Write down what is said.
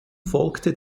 folgte